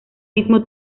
mismo